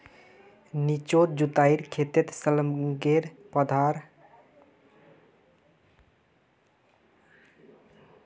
निचोत जुताईर खेतत शलगमेर पौधार फुटाव अच्छा स हछेक